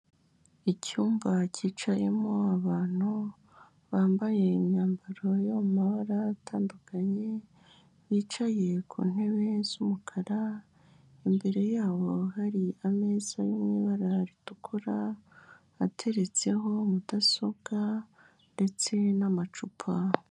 Icyumba cyicayemo abantu bambaye imyambaro yo mu mabara atandukanye, bicaye ku ntebe z'umukara, imbere yabo hari ameza yo mu ibara ritukura ateretseho mudasobwa ndetse n'amacupa.